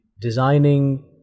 designing